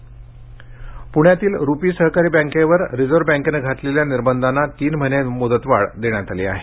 RuPay bank प्ण्यातिल Rupee सहकारी बँकेवर रिझर्व बँकेने घातलेल्या निर्बंधाना तीन महीने मुदत वाढ देण्यात आली आहे